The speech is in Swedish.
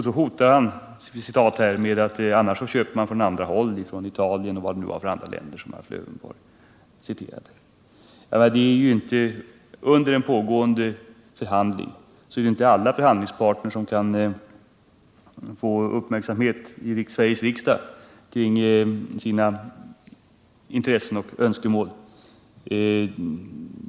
Han hotar i sitt uttalande med att man annars kommer att köpa från alien och från de andra länder som herr Lövenborg refererade till. Under en pågående förhandling kan inte alla förhandlingspartner få uppmärksamhet i Sveriges riksdag för sina intressen och önskemål.